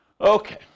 Okay